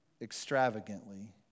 extravagantly